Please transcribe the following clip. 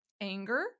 anger